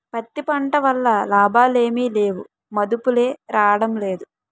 పత్తి పంట వల్ల లాభాలేమి లేవుమదుపులే రాడంలేదు